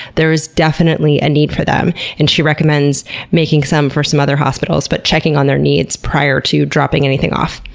there is definitely a need for them. and she recommends making some for some other hospitals but checking on their needs prior to dropping anything off.